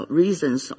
reasons